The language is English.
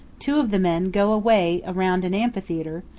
two of the men go away around an amphitheater,